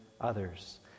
others